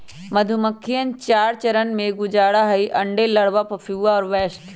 मधुमक्खिवन चार चरण से गुजरा हई अंडे, लार्वा, प्यूपा और वयस्क